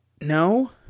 No